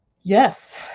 Yes